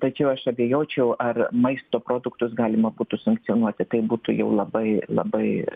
tačiau aš abejočiau ar maisto produktus galima būtų sankcionuoti tai būtų jau labai labai